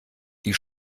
die